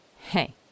Hey